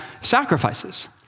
sacrifices